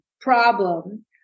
problem